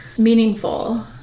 meaningful